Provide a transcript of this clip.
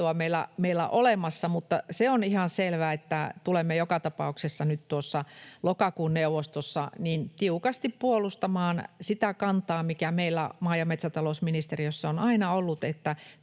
meillä olemassa. Mutta se on ihan selvää, että tulemme joka tapauksessa nyt lokakuun neuvostossa tiukasti puolustamaan sitä kantaa, mikä meillä maa- ja metsätalousministeriössä on aina ollut, että